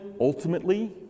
ultimately